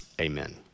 amen